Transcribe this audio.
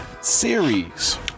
series